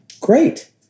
Great